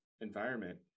environment